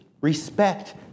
respect